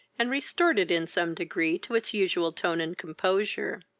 and restored it in some degree to its usual tone and composure.